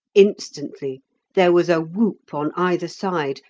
instantly there was a whoop on either side,